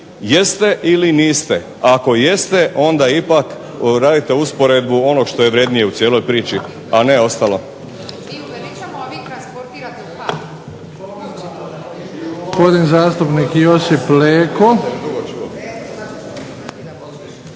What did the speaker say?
jeste ili niste, a ako jeste onda ipak radite usporedbu onog što je vrjednije u cijeloj priči, a ne ostalo.